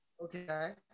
Okay